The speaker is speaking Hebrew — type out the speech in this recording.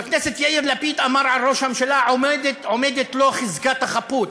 חבר הכנסת יאיר לפיד אמר על ראש הממשלה: עומדת לו חזקת החפות.